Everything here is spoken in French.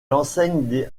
enseigne